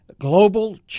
global